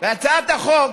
והצעת החוק